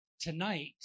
tonight